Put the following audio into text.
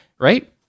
right